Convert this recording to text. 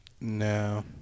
No